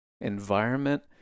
environment